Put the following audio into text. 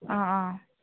ꯑꯥ ꯑꯥ